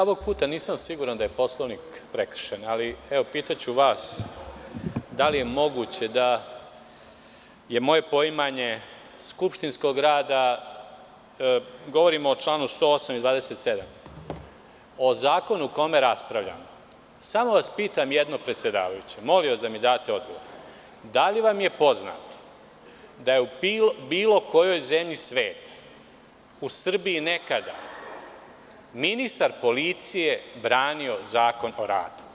Ovog puta nisam siguran da je Poslovnik prekršen, ali pitaću vas – da li je moguće da je moje poimanje skupštinskog rada, govorim o članu 108. i 27. o zakonu o kome raspravljamo, samo vas pitam jedno predsedavajući, molim vas da mi date odgovor, da li vam je poznato da je bilo kojoj zemlji sveta u Srbiji nekada, ministar policije branio Zakon o radu?